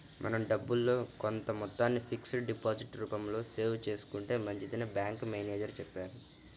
మన డబ్బుల్లో కొంత మొత్తాన్ని ఫిక్స్డ్ డిపాజిట్ రూపంలో సేవ్ చేసుకుంటే మంచిదని బ్యాంకు మేనేజరు చెప్పారు